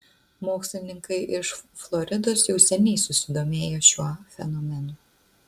mokslininkai iš floridos jau seniai susidomėjo šiuo fenomenu